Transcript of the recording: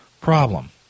problem